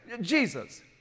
Jesus